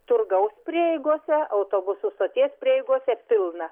turgaus prieigose autobusų stoties prieigose pilna